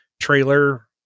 trailer